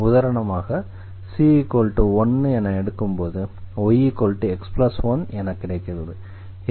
உதாரணமாக c1 என எடுக்கும்போது yx1 என கிடைக்கிறது